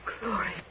Glory